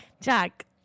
Jack